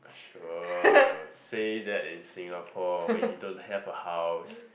sure said that is in Singapore when you don't have a house